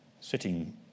sitting